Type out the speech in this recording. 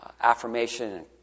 affirmation